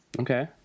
Okay